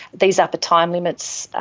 these upper time limits are,